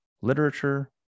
literature